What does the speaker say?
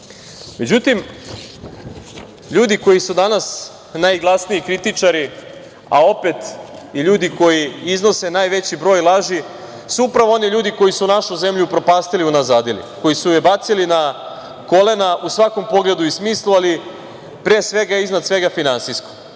ljudi koji su danas najglasniji kritičari, a opet i ljudi koji iznose najveći broj laži, su upravo oni ljudi koji su našu zemlju upropastili i unazadili, koji su je bacili na kolena u svakom pogledu i smislu, ali pre svega i iznad svega finansijski,